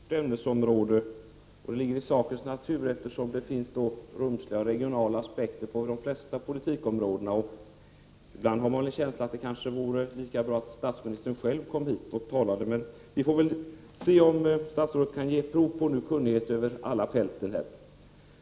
Herr talman! Statrådets inlägg spände över ett stort ämnesområde, och det ligger i sakens natur, eftersom det finns regionala aspekter på de flesta politikområden. Ibland har man en känsla av att det kanske vore lika bra att statsministern själv kom hit och talade. Men vi får väl se om statsrådet kan ge prov på kunnighet över alla fälten här.